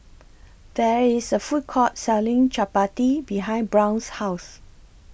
There IS A Food Court Selling Chapati behind Brown's House